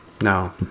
no